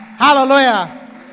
Hallelujah